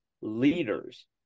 leaders